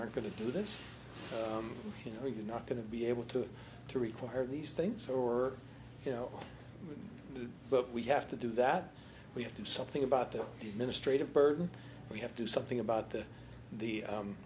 are going to do this you know you're not going to be able to to require these things or you know but we have to do that we have to do something about the ministry of burden we have to do something about the